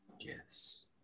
Yes